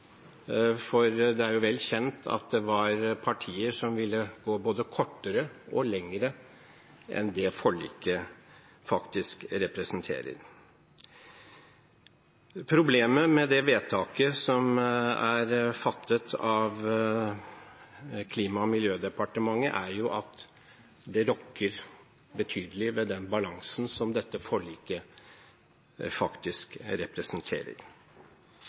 for det er vel kjent at det var partier som ville gå både kortere og lenger enn det forliket faktisk representerer. Problemet med det vedtaket som er fattet av Klima- og miljødepartementet, er at det rokker betydelig ved den balansen som dette forliket faktisk representerer.